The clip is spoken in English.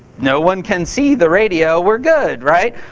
no one can see the radio. we're good, right?